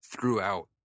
throughout